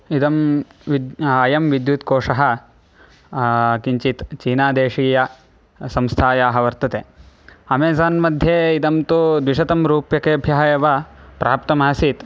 इदं विद् अयं विद्युत्कोषः किञ्चित् चीनादेशीय संस्थायाः वर्तते अमेज़ान्मध्ये इदं तु द्विशतं रूप्यकेभ्यः एव प्राप्तमासीत्